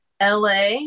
LA